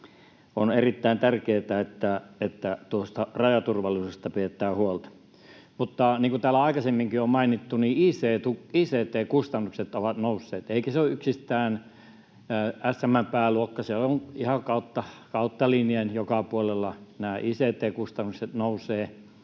On erittäin tärkeää, että rajaturvallisuudesta pidetään huolta. Mutta niin kuin täällä aikaisemminkin on mainittu, ict-kustannukset ovat nousseet, eikä se ole yksistään SM:n pääluokassa, se on ihan kautta linjan, joka puolella nämä ict-kustannukset nousevat,